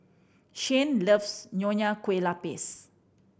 Shyann loves Nonya Kueh Lapis